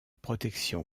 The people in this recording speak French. protection